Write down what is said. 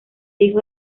hijo